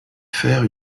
faire